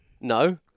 No